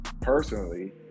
personally